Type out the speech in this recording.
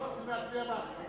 רציתי להצביע בעד זה.